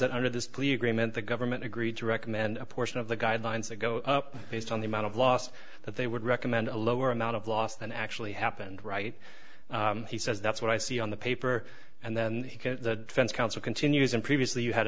plea agreement the government agreed to recommend a portion of the guidelines that go up based on the amount of loss that they would recommend a lower amount of loss than actually happened right he says that's what i see on the paper and then the offense counsel continues and previously you had